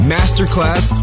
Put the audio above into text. Masterclass